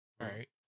Right